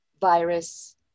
virus